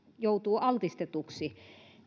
joutuu altistetuksi